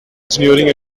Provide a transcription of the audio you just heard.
engineering